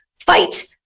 fight